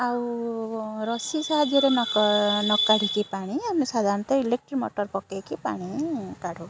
ଆଉ ରଶି ସାହାଯ୍ୟରେ ନକା ନକାଢ଼ିକି ପାଣି ଆମେ ଇଲେକ୍ଟ୍ରିକ୍ ମୋଟର୍ ପକେଇକି ପାଣି କାଢ଼ୁ